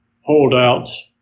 holdouts